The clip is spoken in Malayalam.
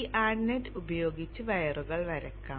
ഈ ആഡ് നെറ്റ് ഉപയോഗിച്ച് വയറുകൾ വരയ്ക്കാം